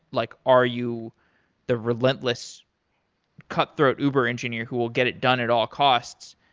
like are you the relentless cutthroat uber engineer who will get it done at all costs?